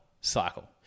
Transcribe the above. cycle